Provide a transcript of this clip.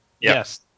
Yes